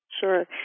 Sure